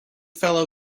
fellow